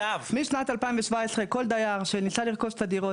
משנת 2017 כל דייר שניסה לרכוש את הדירות